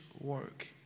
work